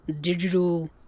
digital